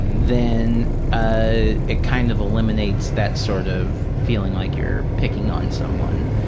then ah it kind of eliminates that sort of feeling like you're picking on someone,